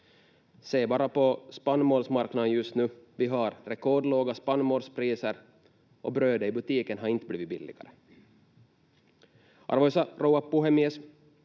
Se bara på spannmålsmarknaden just nu: Vi har rekordlåga spannmålspriser men brödet i butiken har inte blivit billigare. Arvoisa rouva puhemies!